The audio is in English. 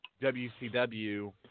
WCW